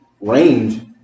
range